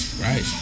Right